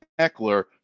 Eckler